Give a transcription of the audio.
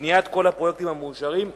בניית כל הפרויקטים המאושרים תימשך.